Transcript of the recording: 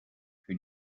who